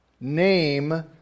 name